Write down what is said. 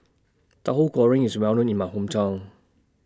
Tahu Goreng IS Well known in My Hometown